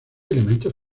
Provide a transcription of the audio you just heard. elementos